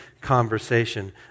conversation